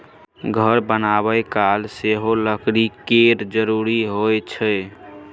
घर बनाबय काल सेहो लकड़ी केर जरुरत होइ छै